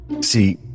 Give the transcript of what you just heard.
See